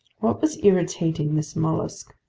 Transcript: what was irritating this mollusk?